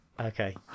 Okay